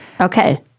Okay